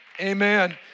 Amen